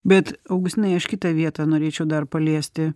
bet augustinai aš kitą vietą norėčiau dar paliesti